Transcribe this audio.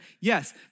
Yes